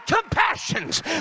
compassions